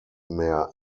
mehr